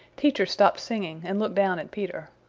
teacher stopped singing and looked down at peter.